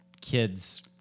kid's